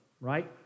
right